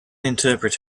interpret